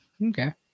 Okay